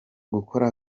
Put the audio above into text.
gukora